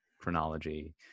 chronology